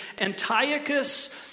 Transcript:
Antiochus